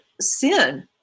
sin